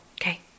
Okay